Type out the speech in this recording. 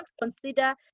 consider